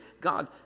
God